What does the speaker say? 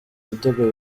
ibitego